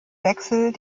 wechsel